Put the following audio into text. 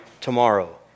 tomorrow